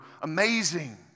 amazing